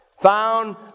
found